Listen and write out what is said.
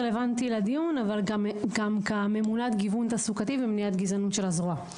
וגם כממונת גיוון תעסוקתי ומניעת גזענות של הזרוע.